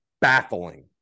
baffling